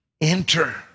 enter